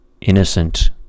innocent